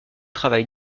travail